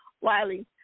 Wiley